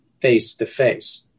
face-to-face